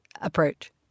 approach